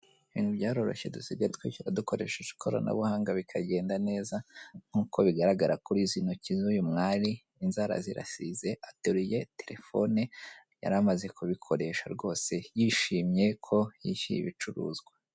Ibintu byaroroshye dusigaye twishyura dukoresheje ikoranabuhanga bikagenda neza, nk'uko bigaragara kuri izi ntoki z'uyu mwari, inzara zirasize, ateruye telefone, yari amaze kubikoresha rwose, yishimiye ko yishyuye ibicuruzwa.